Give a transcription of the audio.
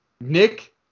Nick